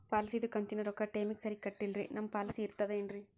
ಪಾಲಿಸಿದು ಕಂತಿನ ರೊಕ್ಕ ಟೈಮಿಗ್ ಸರಿಗೆ ಕಟ್ಟಿಲ್ರಿ ನಮ್ ಪಾಲಿಸಿ ಇರ್ತದ ಏನ್ರಿ?